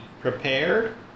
prepared